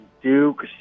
Duke